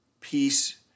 peace